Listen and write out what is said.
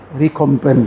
recompense